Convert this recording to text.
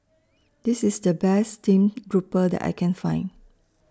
This IS The Best Steamed Grouper that I Can Find